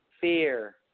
fear